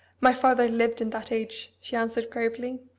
my father lived in that age, she answered gravely.